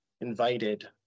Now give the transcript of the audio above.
invited